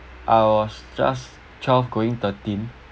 I was just twelve going thirteen